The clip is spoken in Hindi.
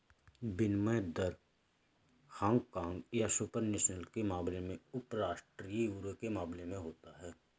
विनिमय दर हांगकांग या सुपर नेशनल के मामले में उपराष्ट्रीय यूरो के मामले में होता है